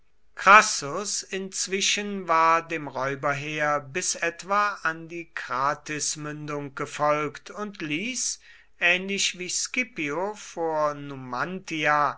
crassus inzwischen war dem räuberheer bis etwa an die krathismündung gefolgt und ließ ähnlich wie scipio vor